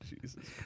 Jesus